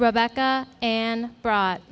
rebecca and brought